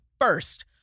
First